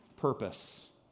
purpose